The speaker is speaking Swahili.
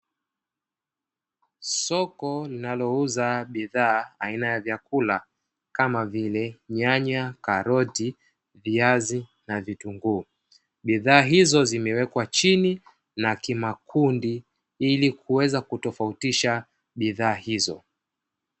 Soko linalo uza bidhaa aina ya vyakula kama vile nyanya, karoti, viazi na vitunguu. Bidhaa hizo zimewekwa chini na kimakundi ili kuweza kutofautisha bidhaa hizo.